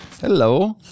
Hello